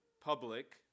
public